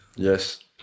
Yes